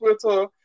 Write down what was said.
Twitter